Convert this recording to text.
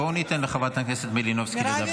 בואו ניתן לחברת הכנסת לדבר.